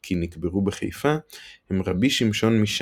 כי נקברו בחיפה הם רבי שמשון משאנץ,